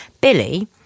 Billy